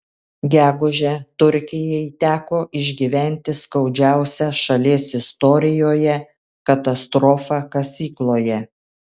gegužę turkijai teko išgyventi skaudžiausią šalies istorijoje katastrofą kasykloje